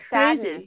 sadness